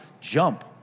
jump